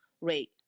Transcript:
rate